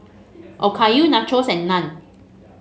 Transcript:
Okayu Nachos and Naan